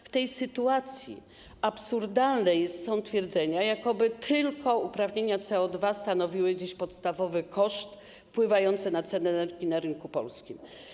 W tej sytuacji absurdalne są twierdzenia, jakoby tylko uprawnienia CO2 stanowiły dziś podstawowy koszt wpływający na cenę energii na rynku polskim.